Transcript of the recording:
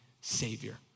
savior